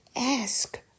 ask